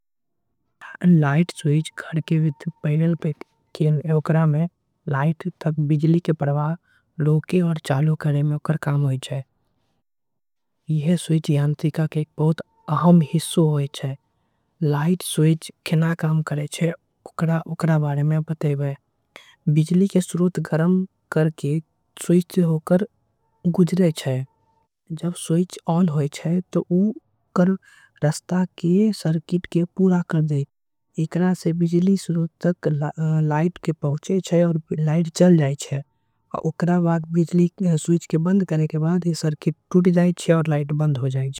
Light switch घर में बिजली के प्रवाह बन्द आऊ। चालू करे बाला उपकरण छे लाइट स्विच बहुत। अहम हिस्सों होय छे लाइट स्विच में बिजली के। प्रवाह होई छे जब लाइट स्विच ऑन होई छे। त ओकर रास्ता के सर्किट के पूरा करे छे। स्विच के बंद करे के बाद लाइट बंद हो जाई छे।